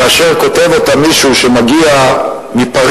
כאשר כותב אותם מישהו שמגיע מפריס,